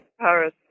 Paris